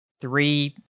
three